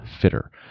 fitter